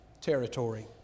territory